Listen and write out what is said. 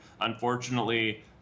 unfortunately